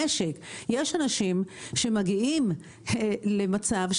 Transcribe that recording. יש אנשים שמגיעים למצב,